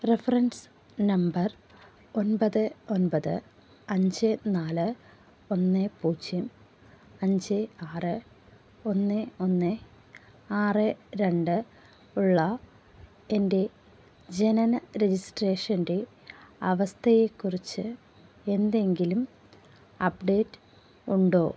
reference number ഒമ്പത് ഒമ്പത് അഞ്ച് നാല് ഒന്ന് പൂജ്യം അഞ്ച് ആറ് ഒന്ന് ഒന്ന് ആറ് രണ്ട് ഉള്ള എൻ്റെ ജനന രജിസ്ട്രേഷൻ്റെ അവസ്ഥയെക്കുറിച്ച് എന്തെങ്കിലും അപ്ഡേറ്റ് ഉണ്ടോ